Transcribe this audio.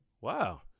Wow